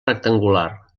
rectangular